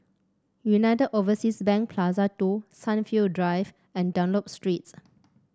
United Overseas Bank Plaza Two Sunview Drive and Dunlop Street